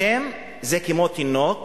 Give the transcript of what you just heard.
השם זה כמו תינוק